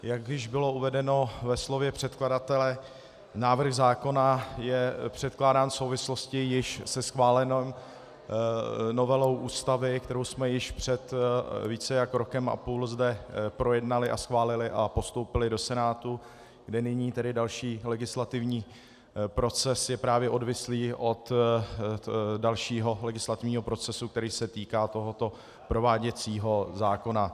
Jak již bylo uvedeno ve slově předkladatele, návrh zákona je předkládán v souvislosti s již schválenou novelou Ústavy, kterou jsme již před více než rokem a půl zde projednali a schválili a postoupili do Senátu, kde nyní další legislativní proces je právě odvislý od dalšího legislativního procesu, který se týká tohoto prováděcího zákona.